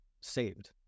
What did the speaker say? saved